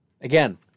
Again